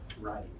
right